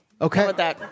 Okay